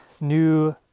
new